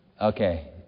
Okay